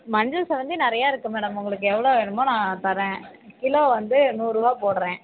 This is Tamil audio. மஞ்சள் செவ்வந்தி நிறையா இருக்குது மேடம் உங்களுக்கு எவ்வளோ வேணுமோ நான் தரேன் கிலோ வந்து நூறுரூவா போடுறேன்